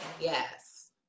yes